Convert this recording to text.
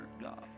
God